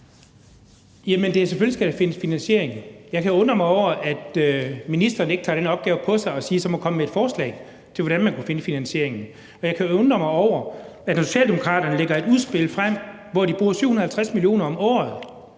Jamen selvfølgelig skal der findes finansiering. Jeg kan undre mig over, at ministeren ikke tager den opgave på sig og siger, at så må hun komme med et forslag til, hvordan man kunne finde finansieringen. Og jeg kan også undre mig over, når Socialdemokraterne lægger et udspil frem, hvor de bruger 750 mio. kr. om året